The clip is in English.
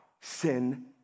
Sin